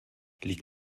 liegt